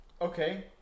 Okay